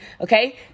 Okay